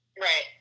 Right